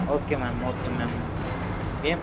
okay ma'am okay ma'am ఏం